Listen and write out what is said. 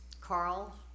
Carl